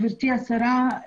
גברתי השרה,